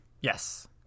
Yes